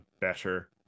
better